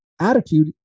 attitude